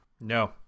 No